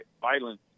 violence